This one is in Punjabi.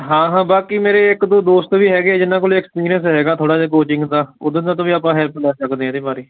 ਹਾਂ ਹਾਂ ਬਾਕੀ ਮੇਰੇ ਇੱਕ ਦੋ ਦੋਸਤ ਵੀ ਹੈਗੇ ਜਿਨ੍ਹਾਂ ਕੋਲ ਐਕਸਪੀਰੀਅੰਸ ਹੈਗਾ ਥੋੜ੍ਹਾ ਜਿਹਾ ਕੋਚਿੰਗ ਦਾ ਉੱਦਾਂ ਦਾ ਤੋਂ ਵੀ ਆਪਾਂ ਹੈਲਪ ਲੈ ਸਕਦੇ ਇਹਦੇ ਬਾਰੇ